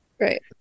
right